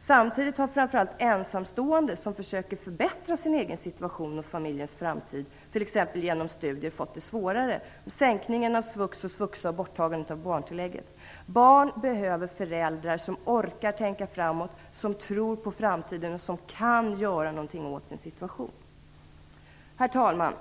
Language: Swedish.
Samtidigt har framför allt ensamstående som försöker förbättra sin egen situation och familjens framtid, t.ex. genom studier, fått det svårare genom sänkningen av svux och svuxa och borttagandet av barntillägget. Barn behöver föräldrar som orkar tänka framåt, som tror på framtiden och som kan göra något åt sin situation. Herr talman!